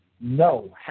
no